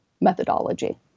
methodology